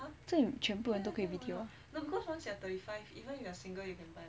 这里全部人都可以 B_T_O